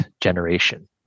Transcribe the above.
generation